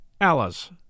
Alice